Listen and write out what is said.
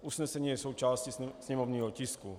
Usnesení je součástí sněmovního tisku.